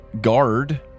guard